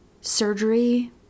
surgery